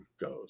goes